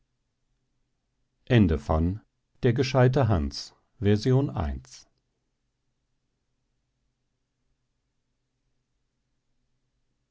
der gescheidte hans